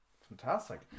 Fantastic